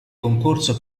concorso